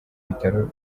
bitaro